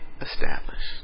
established